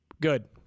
Good